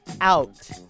out